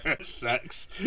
Sex